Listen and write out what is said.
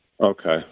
Okay